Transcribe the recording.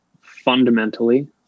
fundamentally